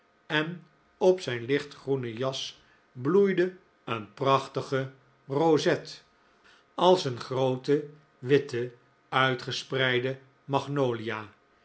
en op zijn lichtgroene jas bloeide een prachtige rozet als een groote witte uitgespreide magnolia